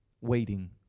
waiting